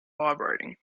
vibrating